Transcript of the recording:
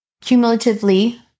cumulatively